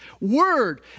word